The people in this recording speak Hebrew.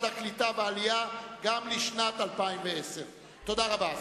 לקליטת העלייה גם לשנת 2010. תודה רבה.